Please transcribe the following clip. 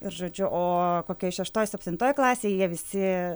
ir žodžiu o kokioj šeštoj septintoj klasėj visi